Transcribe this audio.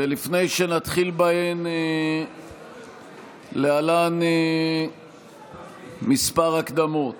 ולפני שלהתחיל בהן, להלן כמה הקדמות.